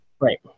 Right